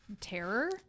terror